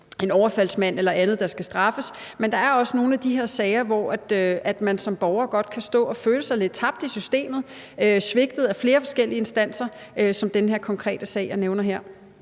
en overfaldsmand eller andet, der skal straffes. Men anerkender ministeren ikke, at der også er nogle af de her sager, hvor man som borger godt kan stå og føle sig lidt tabt i systemet og svigtet af flere forskellige instanser, som det er tilfældet i den konkrete sag, jeg nævner her?